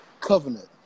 covenant